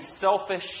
selfish